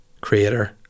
creator